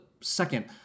second